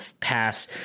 pass